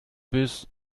bist